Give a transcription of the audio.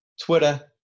Twitter